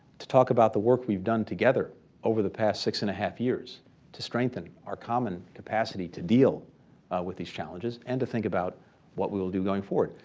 to talk about the work we've done together over the past six-and-a-half years to strengthen our common capacity to deal with these challenges, and to think about what we will do going forward.